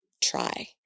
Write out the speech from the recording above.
try